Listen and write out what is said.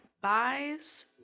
buys